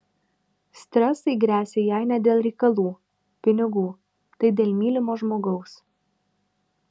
stresai gresia jei ne dėl reikalų pinigų tai dėl mylimo žmogaus